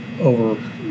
over